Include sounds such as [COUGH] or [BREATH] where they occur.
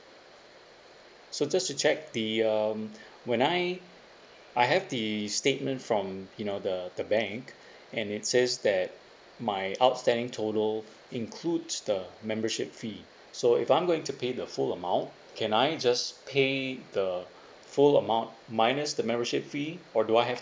so just to check the um [BREATH] when I I have the statement from you know the the bank and it says that my outstanding total includes the membership fee so if I'm going to pay the full amount can I just pay the [BREATH] full amount minus the membership fee or do I have